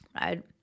Right